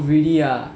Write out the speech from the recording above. really ah